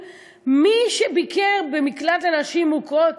מי שביקר במקלט לנשים מוכות